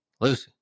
Lucy